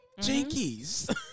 Jinkies